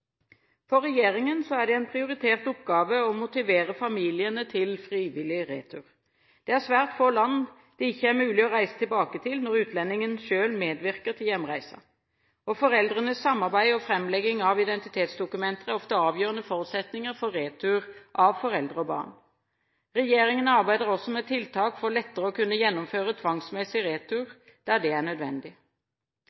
For regjeringen er det en prioritert oppgave å motivere familiene til frivillig retur. Det er svært få land det ikke er mulig å reise tilbake til, når utlendingen selv medvirker til hjemreisen. Foreldrenes samarbeid og framlegging av identitetsdokumenter er ofte avgjørende forutsetninger for retur av foreldre og barn. Regjeringen arbeider også med tiltak for lettere å kunne gjennomføre tvangsmessig retur